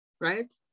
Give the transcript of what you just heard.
right